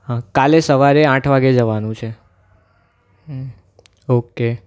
હા કાલે સવારે આઠ વાગે જવાનું છે ઓકે